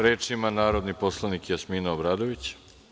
Reč ima narodni poslanik Jasmina Obradović.